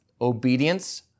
obedience